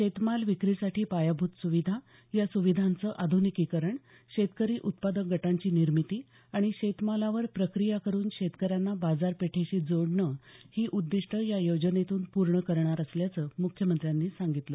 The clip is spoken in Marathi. शेतमाल विक्रीसाठी पायाभूत सुविधा या सुविधांचं आध्निकीकरण शेतकरी उत्पादक गटांची निर्मिती आणि शेतमालावर प्रक्रिया करून शेतकऱ्यांना बाजारपेठेशी जोडणं ही उद्दीष्टं या योजनेतून पूर्ण करणार असल्याचं मुख्यमंत्र्यांनी सांगितलं